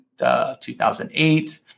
2008